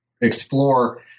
explore